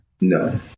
No